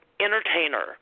entertainer